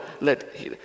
Let